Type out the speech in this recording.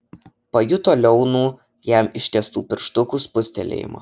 pajuto liaunų jam ištiestų pirštukų spustelėjimą